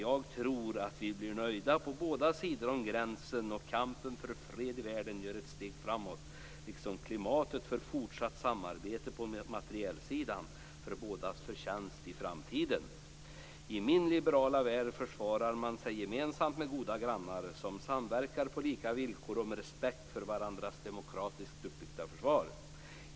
Jag tror att vi blir nöjda på båda sidor om gränsen och att kampen för fred i världen tar ett steg framåt, liksom klimatet för fortsatt samarbete på materielsidan för bådas förtjänst i framtiden. I min liberala värld försvarar man sig gemensamt med goda grannar, som samverkar på lika villkor och med respekt för varandras demokratiskt uppbyggda försvar.